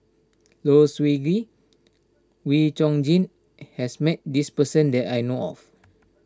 Low Siew Nghee Wee Chong Jin has met this person that I know of